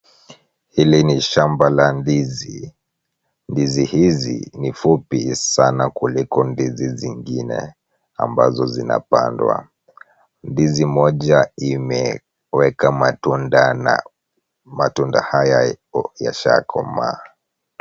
Hili ni shamba la ndizi. Ndizi hizi ni fupi sana kuliko ndizi zingine ambazo zinapandwa. Ndizi moja imeweka matunda na matunda haya yashakomaa.